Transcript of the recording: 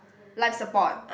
life support